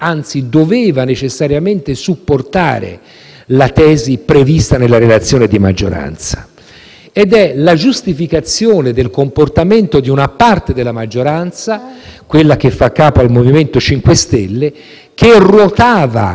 ed è la giustificazione del comportamento di una parte della maggioranza, quella che fa capo al MoVimento 5 Stelle, che ruotava completamente non rispetto alla posizione tenuta nella legislatura precedente,